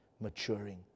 maturing